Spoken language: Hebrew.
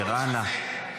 אנא.